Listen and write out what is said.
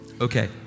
Okay